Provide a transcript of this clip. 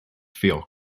feel